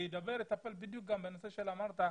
שיטפל בדיוק גם בנושא שאתה אמרת,